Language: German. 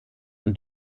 und